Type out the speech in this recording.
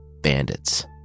bandits